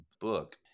book